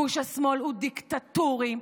גוש השמאל הוא דיקטטורי,